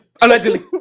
Allegedly